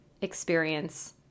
experience